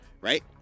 Right